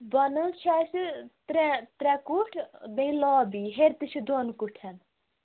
بۄنہٕ حظ چھِ اَسہِ ترٛےٚ ترٛےٚ کُٹھ بیٚیہِ لابی ہیٚرِِ تہِ چھِ دۄن کُٹھٮ۪ن